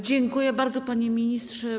Dziękuję bardzo, panie ministrze.